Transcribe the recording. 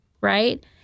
right